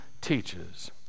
teaches